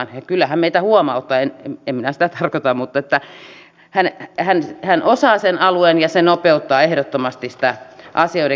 kyllä hän meitä huomauttaa en minä sitä tarkoita mutta hän osaa sen alueen ja se nopeuttaa ehdottomasti asioiden käsittelyä